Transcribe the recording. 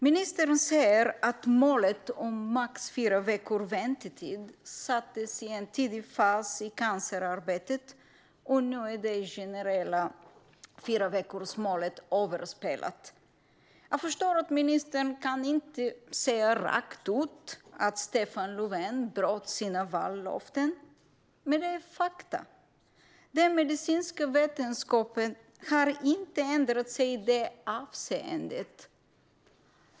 Ministern säger att målet om max fyra veckors väntetid sattes i en tidig fas i cancerarbetet och att det generella fyraveckorsmålet nu är överspelat. Jag förstår att ministern inte kan säga rakt ut att Stefan Löfven har brutit sina vallöften. Men detta är fakta. Den medicinska vetenskapen har inte ändrat sig i det avseendet.